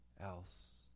else